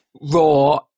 raw